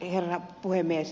herra puhemies